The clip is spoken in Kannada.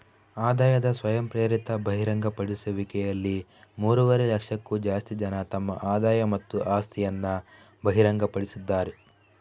ಆದಾಯದ ಸ್ವಯಂಪ್ರೇರಿತ ಬಹಿರಂಗಪಡಿಸುವಿಕೆಯಲ್ಲಿ ಮೂರುವರೆ ಲಕ್ಷಕ್ಕೂ ಜಾಸ್ತಿ ಜನ ತಮ್ಮ ಆದಾಯ ಮತ್ತು ಆಸ್ತಿಯನ್ನ ಬಹಿರಂಗಪಡಿಸಿದ್ದಾರೆ